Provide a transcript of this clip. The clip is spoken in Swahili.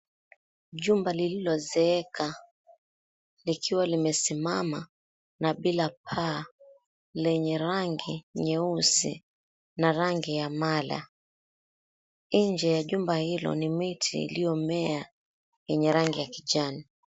Jumba lililozeeka likiwa limesimama na bila paa lenye rangi nyeusi na rangi ya mala. Nje ya jumba hilo ni miti iliyomea yenye rangi ya kijani.